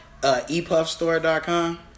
ePuffstore.com